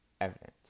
evidence